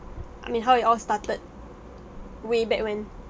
I mean how it all started way back when